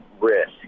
risk